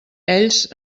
ells